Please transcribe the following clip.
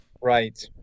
Right